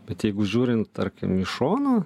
bet jeigu žiūrint tarkim iš šono